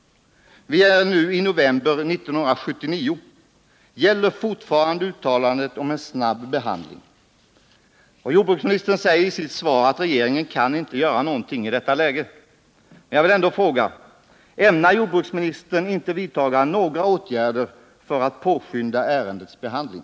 Det är nu november månad 1979. Gäller fortfarande uttalandet om en snabb behandling? Jordbruksministern sade i sitt svar i dag att regeringen inte kan göra någonting i detta läge. Jag vill ändå fråga: Ämnar jordbruksministern inte vidta några åtgärder för att påskynda ärendets behandling?